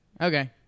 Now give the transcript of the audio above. Okay